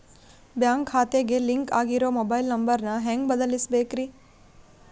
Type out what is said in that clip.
Bank ಖಾತೆಗೆ link ಆಗಿರೋ mobile number ನ ಹೆಂಗ್ ಬದಲಿಸಬೇಕ್ರಿ?